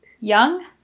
young